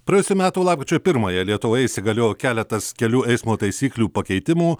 praėjusių metų lapkričio pirmąją lietuvoje įsigaliojo keletas kelių eismo taisyklių pakeitimų